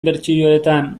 bertsioetan